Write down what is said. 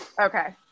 Okay